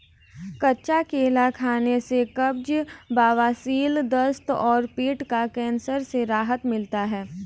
कच्चा केला खाने से कब्ज, बवासीर, दस्त और पेट का कैंसर से राहत मिलता है